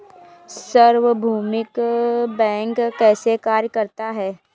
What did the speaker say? सार्वभौमिक बैंक कैसे कार्य करता है?